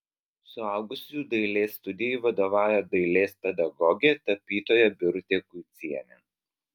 suaugusiųjų dailės studijai vadovauja dailės pedagogė tapytoja birutė kuicienė